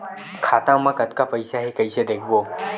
खाता मा कतका पईसा हे कइसे देखबो?